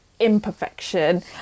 imperfection